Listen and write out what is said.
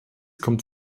kommt